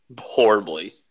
horribly